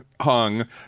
hung